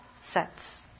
sets